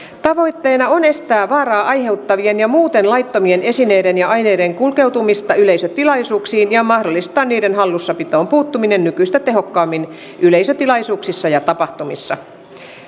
tavoitteena on estää vaaraa aiheuttavien ja muuten laittomien esineiden ja aineiden kulkeutumista yleisötilaisuuksiin ja mahdollistaa niiden hallussapitoon puuttuminen nykyistä tehokkaammin yleisötilaisuuksissa ja tapahtumissa